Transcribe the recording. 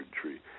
tree